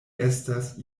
estas